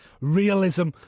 realism